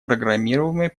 программируемый